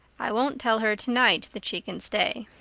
i won't tell her tonight that she can stay,